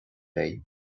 léi